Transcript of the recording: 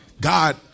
God